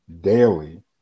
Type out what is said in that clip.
daily